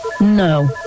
No